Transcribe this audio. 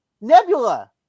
Nebula